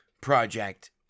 project